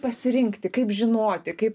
pasirinkti kaip žinoti kaip